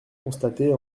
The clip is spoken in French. constaté